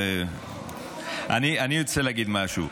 אני רוצה להגיד משהו.